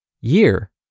year